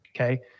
okay